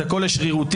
את הכול לשרירותי,